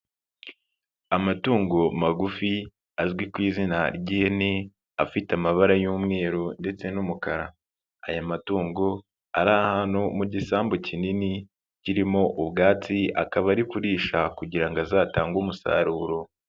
Amatungo magufi azwi ku'i izina ry'ihene, afite amabara y'umweru ndetse n'umukara, aya matungo ari ahantu mu gisambu kinini kirimo ubwatsi, akaba ari kurisha kugira ngo azatange umusaruro.